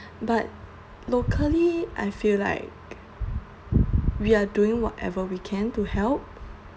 but locally I feel like we're doing whatever we can to help